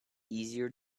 easier